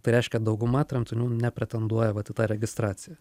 tai reiškia dauguma tremtinių nepretenduoja vat į tą registraciją